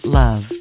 love